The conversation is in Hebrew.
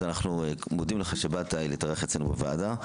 אז אנחנו מודים לך שבאת להתארח אצלנו בוועדה.